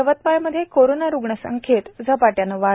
यवतमाळ मध्ये कोरोना रुग्ण संख्येत झपाट्याने वाढ